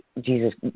Jesus